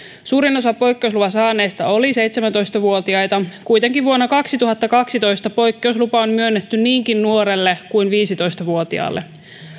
suurin osa poikkeusluvan saaneista oli seitsemäntoista vuotiaita kuitenkin vuonna kaksituhattakaksitoista poikkeuslupa on myönnetty niinkin nuorelle kuin viisitoista vuotiaalle